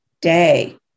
Day